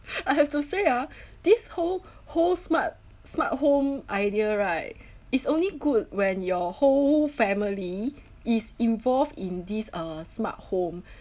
I have to say ah this whole whole smart smart home idea right it's only good when your whole family is involved in these uh smart home